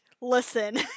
listen